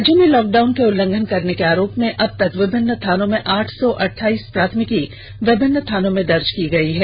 राज्य में लॉकडाउन के उल्लंघन करने के आरोप में अबतक विभिन्न थानो में आठ सौ अड्डाइस प्राथमिकी विभिन्न थानों में दर्ज की गई है